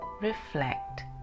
reflect